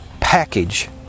package